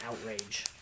outrage